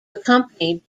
accompany